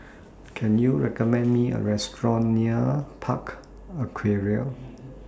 Can YOU recommend Me A Restaurant near Park Aquaria